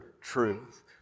truth